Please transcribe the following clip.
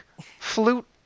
flute